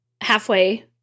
halfway